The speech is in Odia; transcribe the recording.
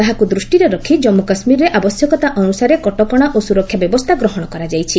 ତାହାକୁ ଦୂଷ୍ଟିରେ ରଖି ଜମ୍ମୁ କାଶ୍ମୀରରେ ଆବଶ୍ୟକତା ଅନୁସାରେ କଟକଣା ଓ ସୁରକ୍ଷା ବ୍ୟବସ୍ଥା ଗ୍ରହଣ କରାଯାଇଛି